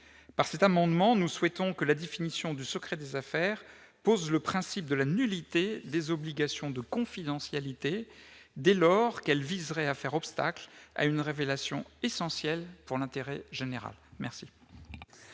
Par cet amendement, nous souhaitons que la définition du secret des affaires pose le principe de la nullité des obligations de confidentialité dès lors qu'elles viseraient à faire obstacle à une révélation essentielle pour l'intérêt général. Quel